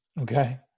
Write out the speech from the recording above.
Okay